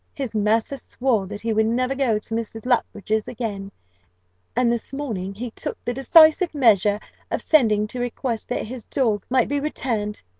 his massa swore that he would never go to mrs. luttridge's again and this morning he took the decisive measure of sending to request that his dog might be returned.